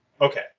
Okay